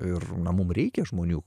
ir na mum reikia žmonių